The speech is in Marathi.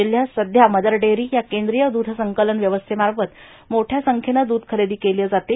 जिल्ह्यात सध्या मदर डेअरी या केंद्रीय दुध संकलन व्यवस्थेमार्फत मोठ्या संख्येनं दुध खरेदी केलं जातं